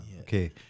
okay